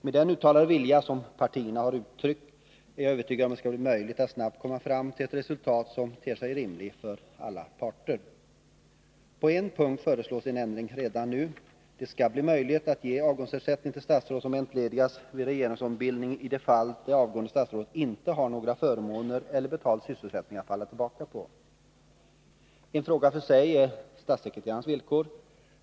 Med den uttalade vilja som partierna har uttryckt är jag övertygad om att det skall bli möjligt att snabbt komma fram till ett resultat som ter sig rimligt för alla parter. På en punkt föreslås en ändring redan nu. Det skall bli möjligt att ge avgångsersättning till statsråd som entledigas vid regeringsombildning i de fall det avgående statsrådet inte har några förmåner eller betald sysselsättning att falla tillbaka på. En fråga för sig är statssekreterarnas villkor.